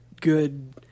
good